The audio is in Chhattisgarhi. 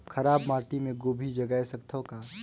खराब माटी मे गोभी जगाय सकथव का?